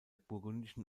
burgundischen